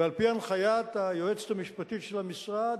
ועל-פי הנחיית היועצת המשפטית של המשרד,